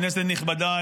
כנסת נכבדה,